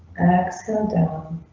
axel down.